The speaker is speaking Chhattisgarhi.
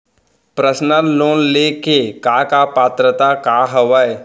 पर्सनल लोन ले के का का पात्रता का हवय?